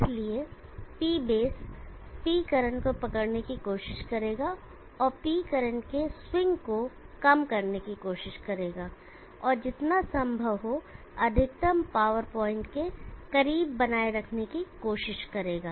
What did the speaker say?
इसलिए P base P current को पकड़ने की कोशिश करेगा और P करंट के स्विंग को कम करने की कोशिश करेगा और जितना संभव हो अधिकतम पावर प्वाइंट के करीब बनाए रखने की कोशिश करेगा